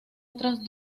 otras